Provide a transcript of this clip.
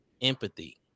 empathy